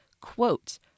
quote